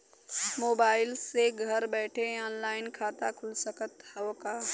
Mobile से घर बैठे ऑनलाइन खाता खुल सकत हव का?